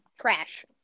trash